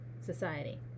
society